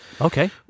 Okay